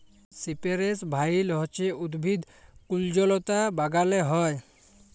সিপেরেস ভাইল হছে উদ্ভিদ কুল্জলতা বাগালে হ্যয়